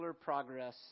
progress